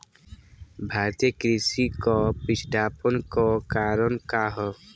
भारतीय कृषि क पिछड़ापन क कारण का ह?